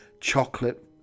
chocolate